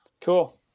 Cool